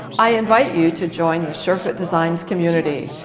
i invite you to join the sure-fit designs community.